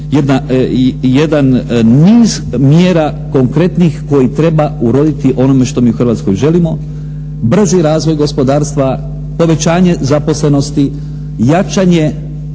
jedan niz mjera konkretnih koji treba uroditi onome što mi Hrvatskoj želimo, brži razvoj gospodarstva, povećanje zaposlenosti, jačanje